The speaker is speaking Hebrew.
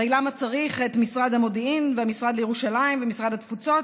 הרי למה צריך את משרד המודיעין והמשרד לירושלים ומשרד התפוצות,